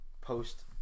post